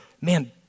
Man